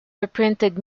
reprinted